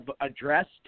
addressed